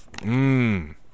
Mmm